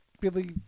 Billy